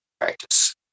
practice